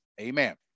Amen